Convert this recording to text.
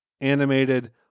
animated